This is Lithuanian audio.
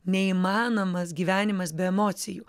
neįmanomas gyvenimas be emocijų